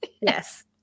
Yes